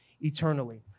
eternally